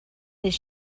his